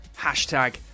hashtag